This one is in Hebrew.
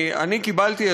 קיבלתי,